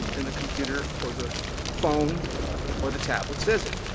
and the computer or the phone or the tablet says it.